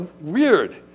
weird